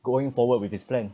going forward with this plan